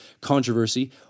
controversy